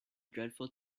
dreadful